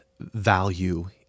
value